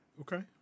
Okay